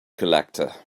collector